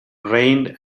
rained